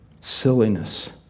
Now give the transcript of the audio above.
silliness